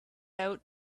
out